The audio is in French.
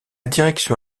direction